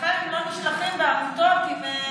אצלכם לא נשלחים בעמותות עם,